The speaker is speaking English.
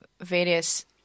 various